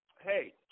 hey